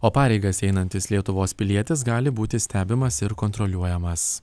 o pareigas einantis lietuvos pilietis gali būti stebimas ir kontroliuojamas